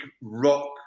rock